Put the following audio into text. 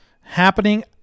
happening